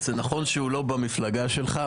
זה נכון שהוא לא במפלגה שלך,